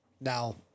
now